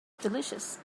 delicious